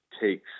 takes